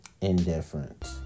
indifferent